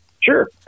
Sure